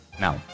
Now